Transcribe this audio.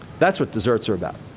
that's what desserts are about.